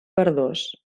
verdós